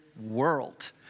world